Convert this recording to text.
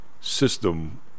system